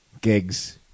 Gigs